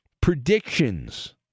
predictions